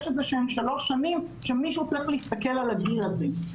יש איזה שהן שלוש שנים שמישהו צריך להסתכל על הגיל הזה.